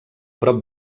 prop